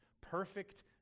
perfect